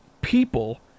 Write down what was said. people